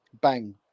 bang